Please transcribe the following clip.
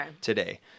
today